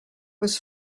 was